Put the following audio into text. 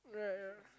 right right